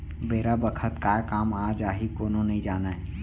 बेरा बखत काय काम आ जाही कोनो नइ जानय